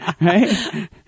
Right